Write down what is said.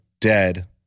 dead